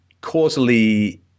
causally